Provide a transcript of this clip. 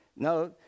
No